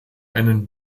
einen